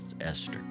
Esther